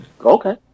Okay